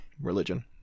religion